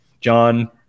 John